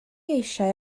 eisiau